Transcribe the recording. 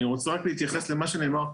אני רוצה רק להתייחס קודם,